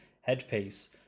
headpiece